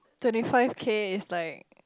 twenty five K is like